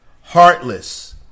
heartless